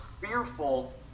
fearful